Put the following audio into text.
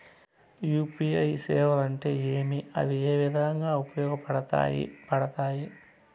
UPI సేవలు అంటే ఏమి, అవి ఏ రకంగా ఉపయోగపడతాయి పడతాయి?